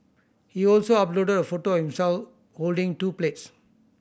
he also uploaded a photo himself holding two plates